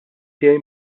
tiegħi